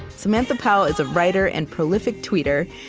samantha powell is a writer and prolific tweeter.